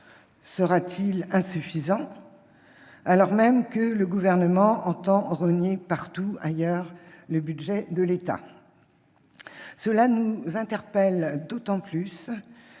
ou insuffisant, alors même que le Gouvernement entend rogner partout ailleurs le budget de l'État ? Cela nous interpelle d'autant plus